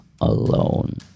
alone